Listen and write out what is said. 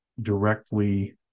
directly